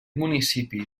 municipi